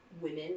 women